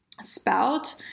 spout